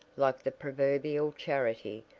like the proverbial charity,